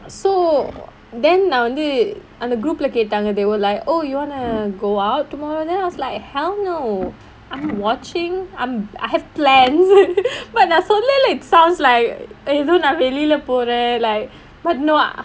so then நான் வந்து அந்த:naan vanthu antha group கேட்டாங்க:kettaanga they were like oh you wanna go out tomorrow then I was like hell no I'm watching I'm I have plans but நான் சொல்லல:naan sollala sounds like எதோ நான் வெளில போறேன்:etho naan velila poraen like but no